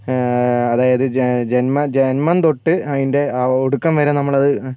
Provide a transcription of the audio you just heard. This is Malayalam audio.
അതായത് ഈ ജന്മ ജന്മം തൊട്ട് അതിൻ്റെ ആ ഒടുക്കം വരെ നമ്മളത്